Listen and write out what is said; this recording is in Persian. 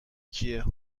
کیه